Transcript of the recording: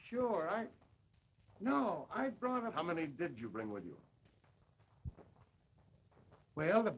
sure i know i thought of how many did you bring with you well the